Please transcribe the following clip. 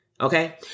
Okay